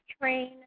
train